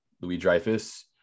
Louis-Dreyfus